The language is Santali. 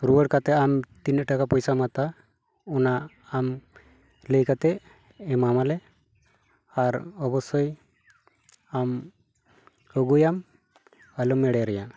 ᱨᱩᱣᱟᱹᱲ ᱠᱟᱛᱮ ᱟᱢ ᱛᱤᱱᱟᱹᱜ ᱴᱟᱠᱟ ᱯᱚᱭᱥᱟᱢ ᱦᱟᱛᱟᱣᱟ ᱚᱱᱟ ᱟᱢ ᱞᱟᱹᱭ ᱠᱟᱛᱮ ᱮᱢᱟᱢᱟᱞᱮ ᱟᱨ ᱚᱵᱚᱥᱥᱳᱭ ᱟᱢ ᱟᱹᱜᱩᱭᱟᱢ ᱟᱞᱚᱢ ᱮᱲᱮ ᱞᱮᱭᱟ